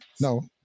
no